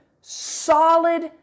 solid